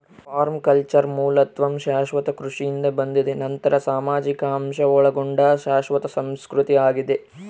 permaculture ಮೂಲತಃ ಶಾಶ್ವತ ಕೃಷಿಯಿಂದ ಬಂದಿದೆ ನಂತರ ಸಾಮಾಜಿಕ ಅಂಶ ಒಳಗೊಂಡ ಶಾಶ್ವತ ಸಂಸ್ಕೃತಿ ಆಗಿದೆ